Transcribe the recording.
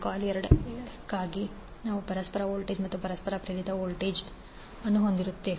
coil ಎರಡಕ್ಕಾಗಿ ನಾವು ಪರಸ್ಪರ ವೋಲ್ಟೇಜ್ ಮತ್ತು ಪರಸ್ಪರ ಪ್ರೇರಿತ ವೋಲ್ಟೇಜ್ M12di2dt ಅನ್ನು ಹೊಂದಿರುತ್ತೇವೆ